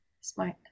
Smart